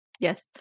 Yes